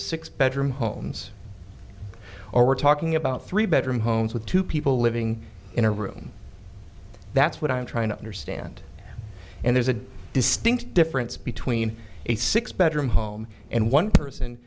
six bedroom homes or we're talking about three bedroom homes with two people living in a room that's what i'm trying to understand and there's a distinct difference between a six bedroom home and one person